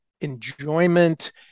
enjoyment